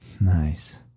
Nice